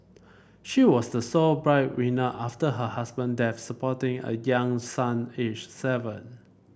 she was the sole breadwinner after her husband death supporting a young son aged seven